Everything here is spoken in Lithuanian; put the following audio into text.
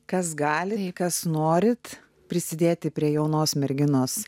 kas gali kas norit prisidėti prie jaunos merginos